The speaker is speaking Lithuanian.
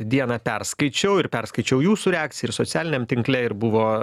dieną perskaičiau ir perskaičiau jūsų reakciją ir socialiniam tinkle ir buvo